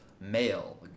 male